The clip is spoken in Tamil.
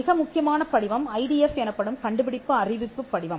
மிக முக்கியமான படிவம் ஐடிஎஃப் எனப்படும் கண்டுபிடிப்பு அறிவிப்பு படிவம்